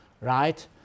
right